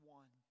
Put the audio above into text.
one